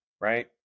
right